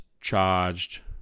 charged